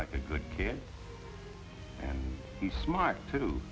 like a good kid and he's smart to